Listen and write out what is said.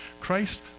Christ